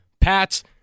Pats